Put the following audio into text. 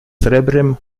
srebrem